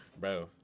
bro